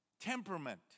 Temperament